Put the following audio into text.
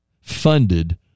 Funded